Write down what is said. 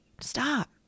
Stop